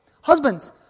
Husbands